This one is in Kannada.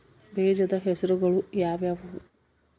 ಬೇಜದ ಹೆಸರುಗಳು ಯಾವ್ಯಾವು?